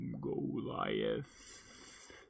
Goliath